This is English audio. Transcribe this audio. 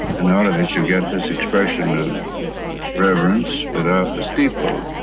and all of it should get this expression of reverence without the steeple.